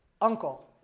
uncle